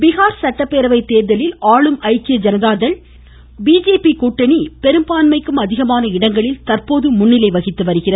பீகார் சட்டப்பேரவை தேர்தலில் ஆளும் ஐக்கிய ஜனதா தள் பிஜேபி கூட்டணி பெரும்பான்மைக்கும் அதிகமான இடங்களில் தற்போது முன்னிலை வகித்து வருகிறது